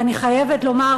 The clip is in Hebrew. ואני חייבת לומר,